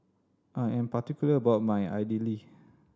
I am particular about my Idili